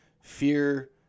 fear